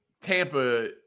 Tampa